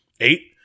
eight